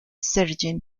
sgt